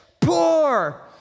poor